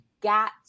got